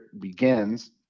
begins